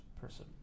person